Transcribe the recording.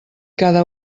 cada